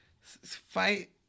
fight